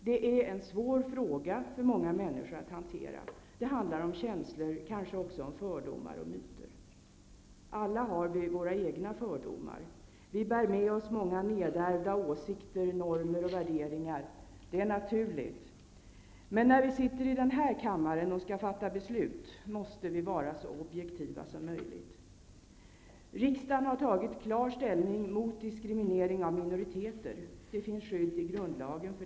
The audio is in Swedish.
Det här är en svår fråga för många att hantera. Det handlar om känslor, kanske också om fördomar och myter. Alla har vi våra egna fördomar. Vi bär med oss många nedärvda åsikter, normer och värderingar. Det är naturligt. Men när vi sitter i den här kammaren och skall fatta beslut, måste vi vara så objektiva som möjligt. Riksdagen har tagit klar ställning mot diskriminering av minoriteter. Det finns skydd för dem i grundlagen.